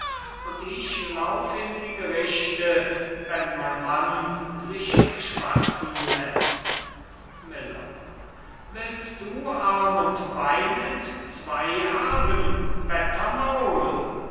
und ich lauf in die gerichte wenn mein mann sich beschwatzen läßt miller willst du arm und bein entzwei haben